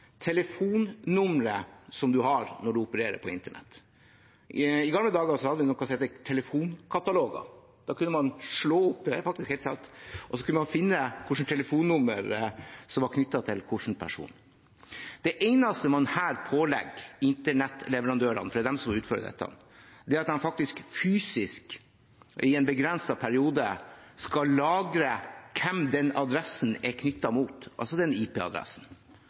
telefonnummeret man har når man opererer på internett. I gamle dager hadde vi noe som het telefonkataloger. Da kunne man slå opp – det er faktisk helt sant – og så kunne man finne hvilket telefonnummer som var knyttet til hvilken person. Det eneste man her pålegger internettleverandører, for det er de som utfører dette, er at de faktisk fysisk skal lagre hvem denne adressen, altså IP-adressen, er